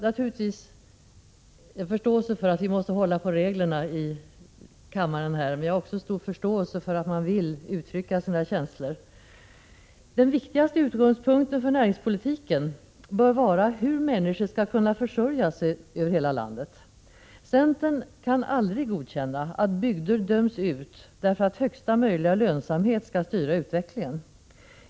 Naturligtvis har jag förståelse för att vi måste hålla på reglerna här i kammaren, men jag har också stor förståelse för att man vill uttrycka sina känslor. Den viktigaste utgångspunkten för näringspolitiken bör vara hur människor skall kunna försörja sig över hela landet. Centern kan aldrig godkänna att bygder döms ut därför att högsta möjliga lönsamhet skall styra utvecklingen.